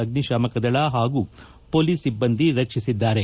ಅಗ್ನಿತಾಮಕದಳ ಹಾಗೂ ಪೊಲೀಸ್ ಸಿಬ್ಬಂದಿ ರಕ್ಷಿಸಿದ್ದಾರೆ